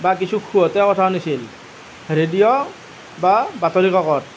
বা কিছু খুহুতীয়া কথা শুনিছিল ৰেডিঅ' বা বাতৰি কাকত